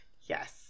Yes